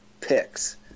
picks